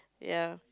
ya